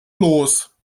los